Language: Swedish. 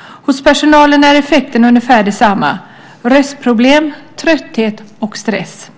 Hos personalen är effekterna ungefär desamma - röstproblem, trötthet och stress.